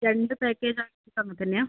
രണ്ട് പാക്കേജ് ആണെങ്കിലും അങ്ങനെ തന്നെയാണോ